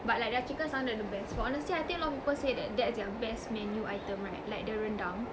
but like their chicken is one the best but honestly I think a lot of people say that that's their best menu item right like the rendang